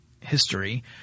history